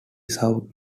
south